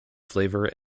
flavor